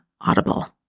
Audible